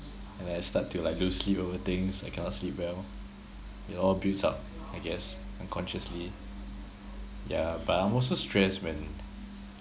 and then I start to like lose sleep over things I cannot sleep well it all builds up I guess unconsciously yeah but I'm also stressed when